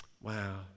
Wow